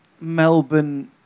Melbourne